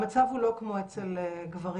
המצב הוא לא כמו אצל גברים.